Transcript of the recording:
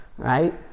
right